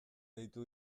deitu